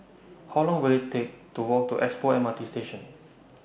How Long Will IT Take to Walk to Expo M R T Station